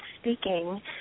speaking